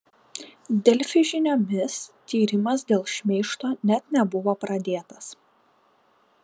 delfi žiniomis tyrimas dėl šmeižto net nebuvo pradėtas